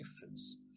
difference